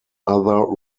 other